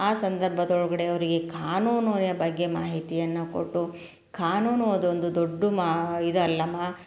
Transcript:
ಆ ಸಂದರ್ಭದೊಳಗಡೆ ಅವರಿಗೆ ಕಾನೂನು ಯ ಬಗ್ಗೆ ಮಾಹಿತಿಯನ್ನು ಕೊಟ್ಟು ಕಾನೂನು ಅದೊಂದು ದೊಡ್ಡ ಮಾ ಇದಲ್ಲ ಮಾ